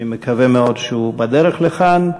אני מקווה מאוד שהוא בדרך לכאן.